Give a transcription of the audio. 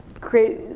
create